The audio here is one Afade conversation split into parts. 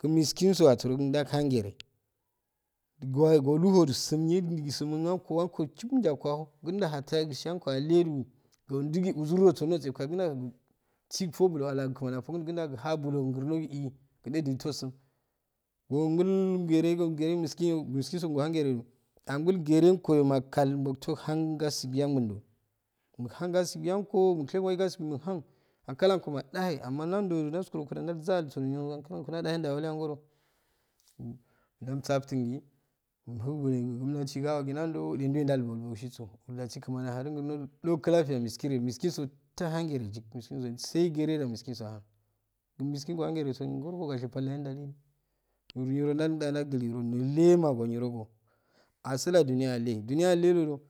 Gin miskinso asuro gin nakhangire goyi aluhu sumyikju gisumun ango ango chum jatgo aho ginja hatagi siyanko aleju unjigi uzurroso nose kajunanjo sik fo bul o wala kmani afokun ju ginja uha bulogigrno gieh jin eh ginto sum gokul gereko gere miskinyo miskinso uhan gereju umkul gerekoyamakal boltohan gasibo angunjo mahan gasibihako mushego we gasibe muhan angalago majahe amma nando ju naskurongo dai zaiso niro ankalongo nallaye angoro janisafton gi ulhumguri gamnati gi gahiga nan jo gi jaye balbogsiso uro jasi kmani ahadi grnoju ja clafiya miskireyo miskinso tahan gere yik miskinso sai gere jo miskinso ahan mo miskinso ahangereso gorogashebal ya he juwalieh nro nirojanja jajilijo nolema gonirogo asila juniya ale lo ju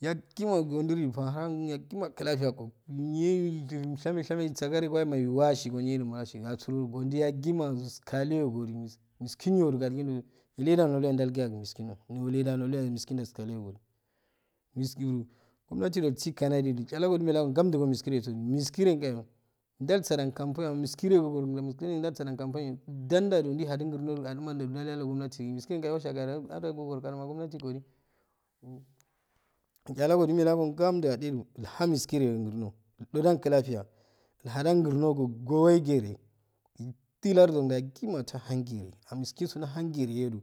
yakkima unjiriju farahan yakki ma clakiya ko neyyi shome shame sagaregamal llwashi goniyi jo iwashi asuregonjuyakkima iskaliyokori miskinmiskinyo ju gajugrnjo nileja nolu a eh jalge age miskinno nwe ja nulu yau miskirodo iskalivokoro mis uru gumnati jo isikanijiju chalogo gimmmeyelagagam ju go miskire so ju miskiregayo jai sajan kam boyamma miskireyoko koronjama miskireyo jai sajan kambayo janja jo jaih aju gurno a umaju jaiyojo gumnatigi miskire yo ivashi akajo akago goroka jo gumnati koji uru llchak go ju umengo gam ju ajeju llhan miskireyo grno lljojan clafiya llhajan grno go we gere ijji larjika yakkima atahan gere amma miskinso nahangereyo ju.